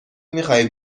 میخواهی